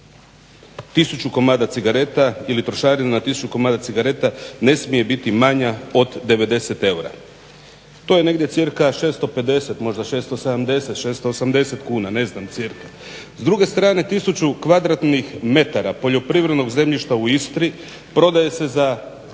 tisuću komada cigareta ili trošarina na tisuću komada cigareta ne smije biti manja od 90 eura. To je negdje cca 650 možda 670, 680 kuna cijenu. S druge stranu tisuću kvadratnih metara poljoprivrednog zemljišta u Istri prodaje se za